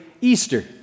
Easter